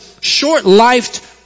short-lived